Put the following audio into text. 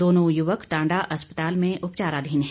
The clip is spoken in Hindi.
दोनों युवक टांडा अस्पताल में उपचाराधीन हैं